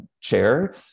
chair